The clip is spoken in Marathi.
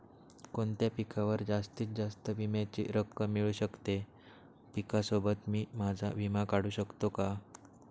कोणत्या पिकावर जास्तीत जास्त विम्याची रक्कम मिळू शकते? पिकासोबत मी माझा विमा काढू शकतो का?